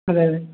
അതെതെ